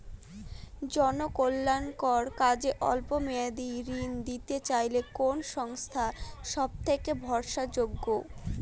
জনকল্যাণকর কাজে অল্প মেয়াদী ঋণ নিতে চাইলে কোন সংস্থা সবথেকে ভরসাযোগ্য?